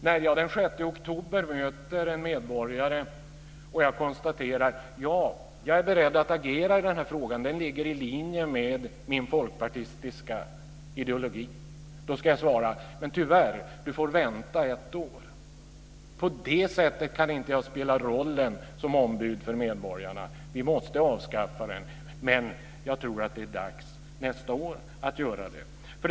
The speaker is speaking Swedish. När jag den 6 oktober möter en medborgare och konstaterar att jag är beredd att agera i en viss fråga, den ligger i linje med min folkpartistiska ideologi, ska jag svara: Tyvärr, du får vänta ett år. På det sättet kan jag inte spela rollen som ombud för medborgarna. Vi måste avskaffa detta. Jag tror att det är dags att göra det nästa år.